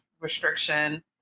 restriction